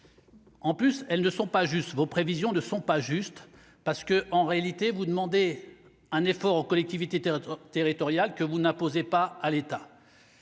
En plus, elle ne sont pas juste vos prévisions de sont pas juste parce que, en réalité, vous demander un effort aux collectivités théâtre territoriale que vous n'imposez pas à l'État,